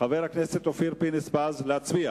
חבר הכנסת אופיר פינס-פז, להצביע?